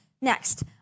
Next